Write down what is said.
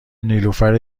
نیلوفر